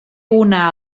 una